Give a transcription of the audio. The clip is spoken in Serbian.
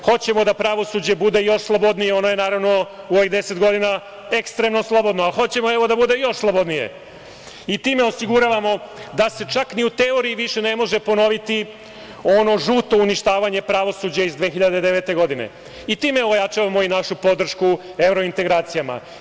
Hoćemo da pravosuđe bude još slobodnije, ono je naravno uvek deset godina ekstremno slobodno, ali hoćemo da evo da bude još slobodnije i time osiguravamo da se čak ni u teoriji više ne može ponoviti ono žuto uništavanje pravosuđa iz 2009. godine i time ojačavamo i našu podršku evrointegracijama.